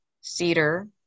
cedar